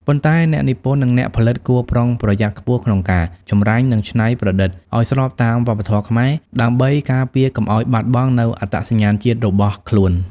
ប៉ុន្តែអ្នកនិពន្ធនិងអ្នកផលិតគួរប្រុងប្រយ័ត្នខ្ពស់ក្នុងការ ចម្រាញ់ និងច្នៃប្រឌិត ឲ្យស្របតាមវប្បធម៌ខ្មែរ ដើម្បីការពារកុំឲ្យបាត់បង់នូវអត្តសញ្ញាណជាតិរបស់ខ្លួន។